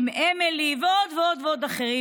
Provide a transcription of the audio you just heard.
עם אמילי ועוד ועוד ועוד אחרים,